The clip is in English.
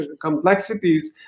complexities